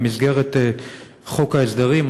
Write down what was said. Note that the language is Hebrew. במסגרת חוק ההסדרים?